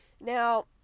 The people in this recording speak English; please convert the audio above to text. now